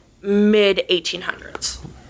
mid-1800s